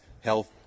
health